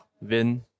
Vin